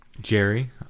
Jerry